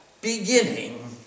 beginning